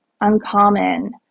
uncommon